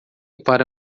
para